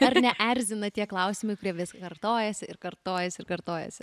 ar neerzina tie klausimai kurie vis kartojasi ir kartojasi ir kartojasi